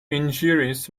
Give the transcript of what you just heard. injuries